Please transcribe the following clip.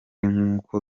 nk’uko